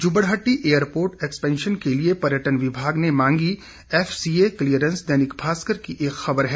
Jubbarhatti airport expansion के लिए पर्यटन विभाग ने मांगी एफसीए क्लीयरेंस दैनिक भास्कर की एक खबर है